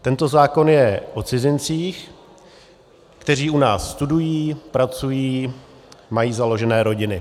Tento zákon je o cizincích, kteří u nás studují, pracují, mají založené rodiny.